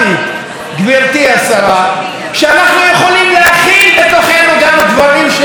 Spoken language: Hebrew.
שאנחנו יכולים להכיל בתוכנו גם דברים שאנחנו לא אוהבים.